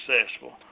successful